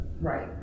Right